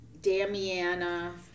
Damiana